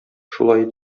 шулай